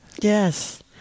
Yes